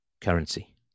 currency